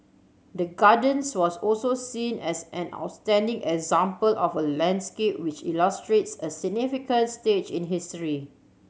the Gardens was also seen as an outstanding example of a landscape which illustrates a significant stage in history